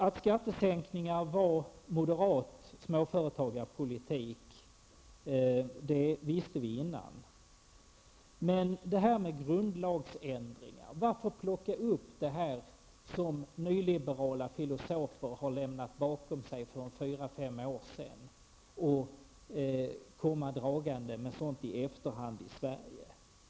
Att skattesänkningar var moderat småföretagarpolitik visste vi redan förut, men nu är det fråga om grundlagsändringar. Varför plockar man upp sådant som nyliberala filosofer har lämnat bakom sig för fyra till fem år sedan och kommer dragande med sådant i efterhand i Sverige?